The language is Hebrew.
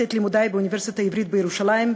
את לימודי באוניברסיטה העברית בירושלים.